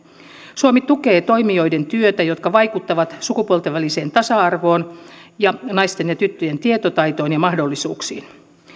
suomi tukee toimijoiden työtä jotka vaikuttavat sukupuolten väliseen tasa arvoon ja naisten ja tyttöjen tietotaitoon ja mahdollisuuksiin